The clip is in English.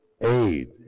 aid